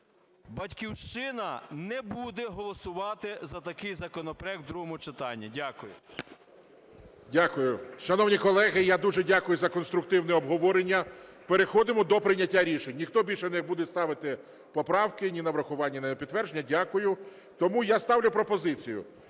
"Батьківщина" не буде голосувати за такий законопроект у другому читанні. Дякую. ГОЛОВУЮЧИЙ. Дякую. Шановні колеги, я дуже дякую за конструктивне обговорення. Переходимо до прийняття рішень. Ніхто більше не буде ставити поправки ні на врахування, ні на підтвердження? Дякую. Тому я ставлю пропозицію